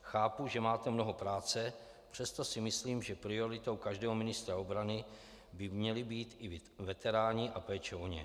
Chápu, že máte mnoho práce, přesto si myslím, že prioritou každého ministra obrany by měli být i veteráni a péče o ně.